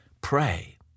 pray